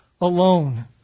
alone